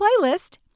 playlist